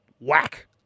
whack